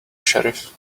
sheriff